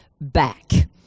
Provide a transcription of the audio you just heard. back